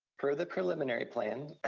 per the preliminary plan,